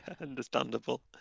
Understandable